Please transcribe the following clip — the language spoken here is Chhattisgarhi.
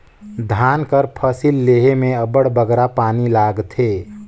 धान कर फसिल लेहे में अब्बड़ बगरा पानी लागथे